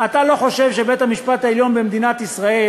אתה לא חושב שבית-המשפט העליון במדינת ישראל